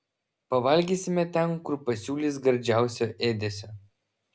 pavalgysime ten kur pasiūlys gardžiausio ėdesio